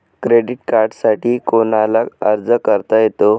Credit कार्डसाठी कोणाला अर्ज करता येतो?